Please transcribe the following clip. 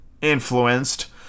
influenced